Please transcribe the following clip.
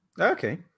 Okay